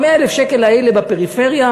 100,000 השקל האלה בפריפריה,